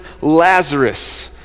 Lazarus